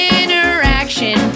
interaction